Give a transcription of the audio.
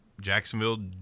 Jacksonville